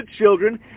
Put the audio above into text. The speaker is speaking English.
children